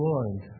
Lord